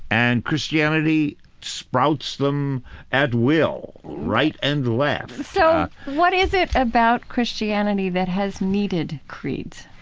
and christianity sprouts them at will right and left so what is it about christianity that has needed creeds?